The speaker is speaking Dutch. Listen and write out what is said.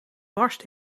barst